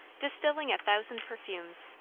distilling a thousand perfumes,